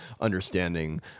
understanding